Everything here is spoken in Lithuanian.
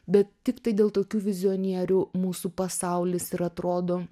bet tiktai dėl tokių vizionierių mūsų pasaulis ir atrodo